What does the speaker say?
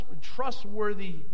trustworthy